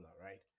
right